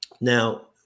Now